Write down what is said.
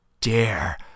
dare